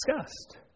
discussed